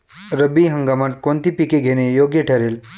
रब्बी हंगामात कोणती पिके घेणे योग्य ठरेल?